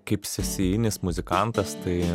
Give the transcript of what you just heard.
kaip sesijinis muzikantas tai